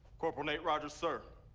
corporal nate rogers, sir.